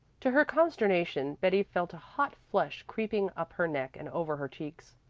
to her consternation betty felt a hot flush creeping up her neck and over her cheeks.